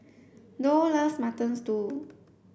doll loves mutton stew